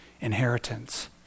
inheritance